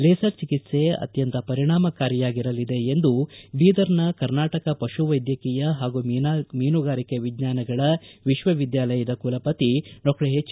laser ಚಿಕಿತ್ಸೆ ಆತ್ನಂತ ಪರಿಣಾಮಕಾರಿಯಾಗಿರಲಿದೆ ಎಂದು ಬೀದರ್ನ ಕರ್ನಾಟಕ ಪಶು ವೈದ್ಯಕೀಯ ಹಾಗೂ ಮೀನುಗಾರಿಕೆ ವಿಜ್ಞಾನಗಳ ವಿಶ್ವವಿದ್ಯಾಲಯದ ಕುಲಪತಿ ಡಾಕ್ಟರ್ ಎಜ್